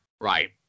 Right